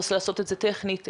בזום